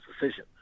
decision